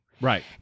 Right